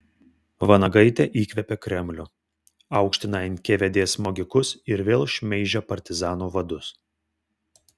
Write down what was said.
vanagaitė įkvėpė kremlių aukština nkvd smogikus ir vėl šmeižia partizanų vadus